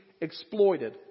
exploited